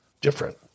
different